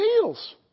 heals